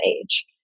age